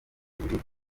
burira